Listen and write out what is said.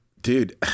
Dude